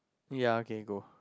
yeah okay go